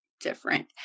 different